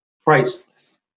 priceless